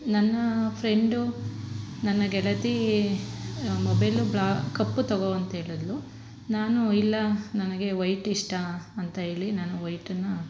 ನನ್ನ ಫ್ರೆಂಡು ನನ್ನ ಗೆಳತಿ ಮೊಬೈಲು ಬ್ಲಾ ಕಪ್ಪು ತಗೋ ಅಂತೇಳದ್ಲು ನಾನು ಇಲ್ಲ ನನಗೆ ವೈಟ್ ಇಷ್ಟ ಅಂತ ಹೇಳಿ ನಾನು ವೈಟನ್ನು